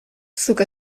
zuk